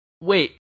wait